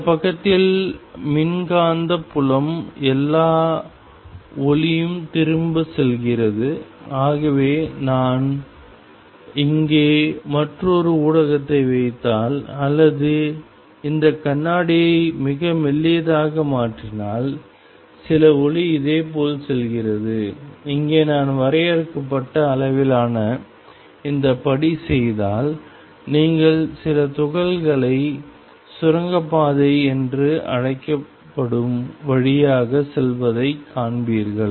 இந்த பக்கத்தில் மின்காந்த புலம் எல்லா ஒளியும் திரும்பிச் செல்கிறது ஆகவே நான் இங்கே மற்றொரு ஊடகத்தை வைத்தால் அல்லது இந்த கண்ணாடியை மிக மெல்லியதாக மாற்றினால் சில ஒளி இதேபோல் செல்கிறது இங்கே நான் வரையறுக்கப்பட்ட அளவிலான இந்த படி செய்தால் நீங்கள் சில துகள்களைக் சுரங்கப்பாதை என்று அழைக்கப்படும் வழியாக செல்வதை காண்பீர்கள்